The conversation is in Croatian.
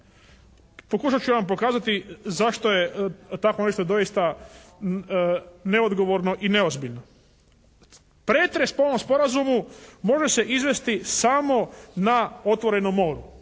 Pokušat ću vam pokazati zašto je takvo nešto doista neodgovorno i neozbiljno. Pretres po ovom Sporazumu može se izvesti samo na otvorenom moru.